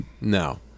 No